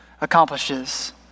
accomplishes